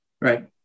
right